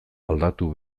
aldatu